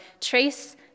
trace